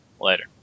later